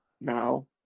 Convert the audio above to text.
now